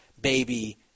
baby